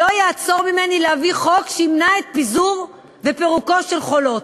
לא יעצור אותי מלהביא חוק שימנע את פיזורו ופירוקו של "חולות".